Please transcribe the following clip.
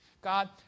God